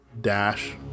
dash